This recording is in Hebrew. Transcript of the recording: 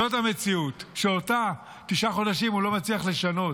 זאת המציאות שאותה תשעה חודשים הוא לא מצליח לשנות,